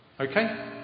Okay